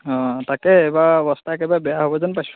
অ তাকে এইবাৰ অৱস্থা একেবাৰে বেয়া হ'ব যেন পাইছোঁ